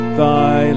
thy